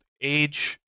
age